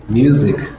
music